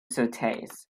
surtees